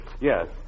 Yes